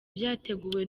byateguwe